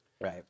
Right